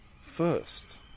first